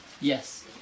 Yes